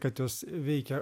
kad jos veikia